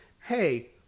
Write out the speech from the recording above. hey